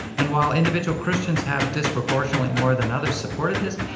and while individual christians have disproportionately more than others supported this,